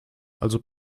also